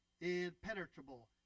impenetrable